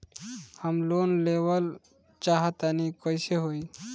हम लोन लेवल चाह तानि कइसे होई?